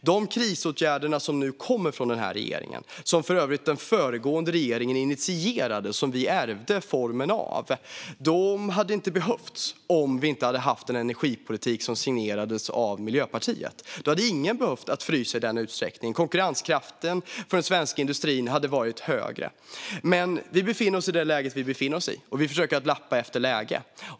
De krisåtgärder som nu kommer från den här regeringen, som den föregående regeringen för övrigt initierade och som vi ärvde formen av, hade inte behövts om Sverige inte hade haft en energipolitik som signerades av Miljöpartiet. Då hade ingen behövt frysa i den utsträckningen, och den svenska industrins konkurrenskraft hade varit högre. Men vi befinner oss i det läge vi befinner oss i, och vi försöker att laga efter läge.